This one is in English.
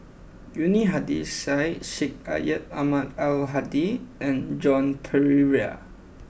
Yuni Hadi Syed Sheikh Syed Ahmad Al Hadi and Joan Pereira